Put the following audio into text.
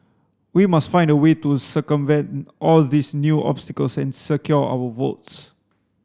we must find a way to circumvent all these new obstacles and secure our votes